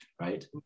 right